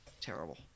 Terrible